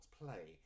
play